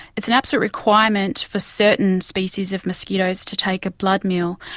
it's an absolute requirement for certain species of mosquitoes to take a blood meal.